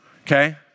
Okay